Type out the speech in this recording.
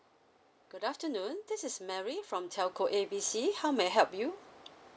afternoon this is mary from telco A B C how may I help you